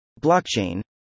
Blockchain